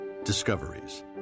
discoveries